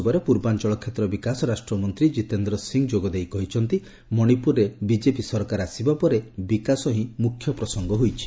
ଆଜିର ଉହବରେ ପୂର୍ବାଞ୍ଚଳ କ୍ଷେତ୍ର ବିକାଶ ରାଷ୍ଟ୍ରମନ୍ତ୍ରୀ ଜିତେନ୍ଦ୍ର ସିଂହ କହିଛନ୍ତି ମଣିପ୍ରରେ ବିଜେପି ସରକାର ଆସିବା ପରେ ବିକାଶ ହିଁ ମୁଖ୍ୟ ପ୍ରସଙ୍ଗ ହୋଇଛି